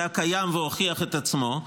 שהיה קיים והוכיח את עצמו,